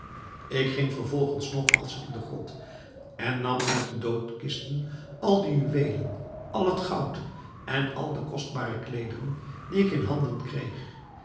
ik ging vervolgens nogmaals in de grot en nam uit de doodkisten al de juweelen al het goud en al de kostbare kleederen die ik in handen kreeg